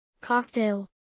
Cocktail